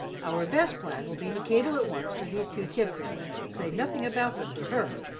our best plan will be to cable at once for these two tiptons, say nothing about them to her,